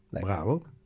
Bravo